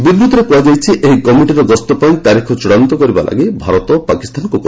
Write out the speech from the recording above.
ବିବୃତ୍ତିରେ କୁହାଯାଇଛି ଏହି କମିଟିର ଗସ୍ତ ପାଇଁ ତାରିଖ ଚୂଡ଼ାନ୍ତ କରିବାକୁ ଭାରତ ପାକିସ୍ତାନକୁ କହିଛି